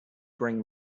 bring